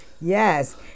Yes